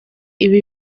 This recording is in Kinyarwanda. ibi